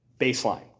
baseline